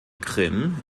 krim